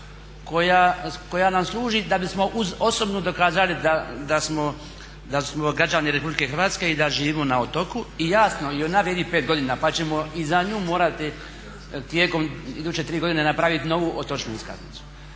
koja nam služi da bismo uz osobnu dokazali da smo građani RH i da živimo na otoku. I jasno i ona vrijedi 5 godina, pa ćemo i za nju morati tijekom iduće 3 godine napraviti novu otočnu iskaznicu.